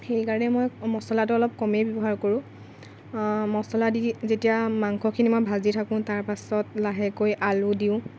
সেইকাৰণে মই মছলাটো অলপ কমেই ব্যৱহাৰ কৰোঁ মছলা দি যেতিয়া মাংসখিনি মই ভাজি থাকোঁ তাৰপাছত লাহেকৈ আলু দিওঁ